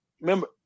remember